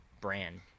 brand